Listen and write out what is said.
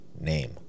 name